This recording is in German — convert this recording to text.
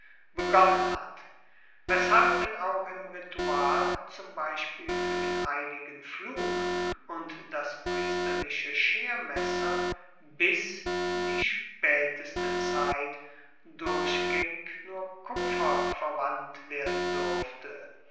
begonnen hat weshalb denn auch im ritual zum beispiel fuer den heiligen pflug und das priesterliche schermesser bis in die spaeteste zeit durchgaengig nur kupfer verwandt werden durfte